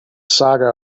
saga